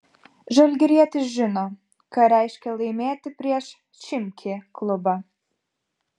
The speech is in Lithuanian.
žalgirietis žino ką reiškia laimėti prieš chimki klubą